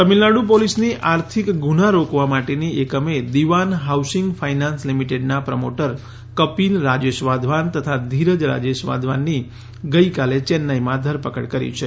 તમિલનાડુ પોલીસની આર્થિક ગૂના રોકવા માટેની એકમે દીવાન હાઉસિંગ ફાયનાન્સ લીમીટેડના પ્રોમોટર કપિલ રાજેશ વાધવાન તથા ધીરજ રાજેશ વાધવાનની ગઈકાલે ચેન્નાઈમાં ધરપકડ કરી છે